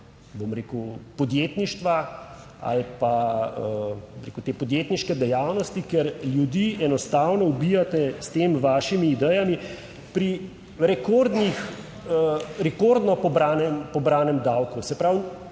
bom rekel, podjetništva ali pa, bi rekel, te podjetniške dejavnosti, ker ljudi enostavno ubijate s temi svojimi idejami pri rekordno pobranem davku. Se pravi,